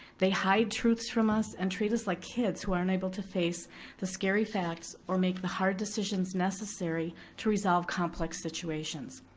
they hide truths from us and treat us like kids who aren't able to face the scary facts or make the hard decisions necessary to resolve complex situations.